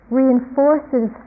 reinforces